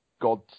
God